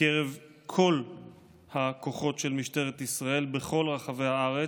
בקרב כל הכוחות של משטרת ישראל בכל רחבי הארץ,